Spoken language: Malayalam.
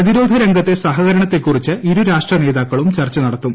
പ്രതിരോധ രംഗത്തെ സഹകരണത്തെക്കുറിച്ച് ഇരു രാഷ്ട്രനേതാക്കളും ചർച്ച നടത്തും